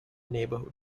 neighbourhood